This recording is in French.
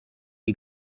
est